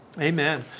Amen